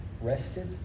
rested